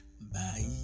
bye